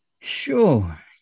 Sure